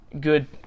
good